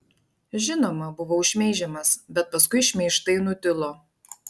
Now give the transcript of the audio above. žinoma buvau šmeižiamas bet paskui šmeižtai nutilo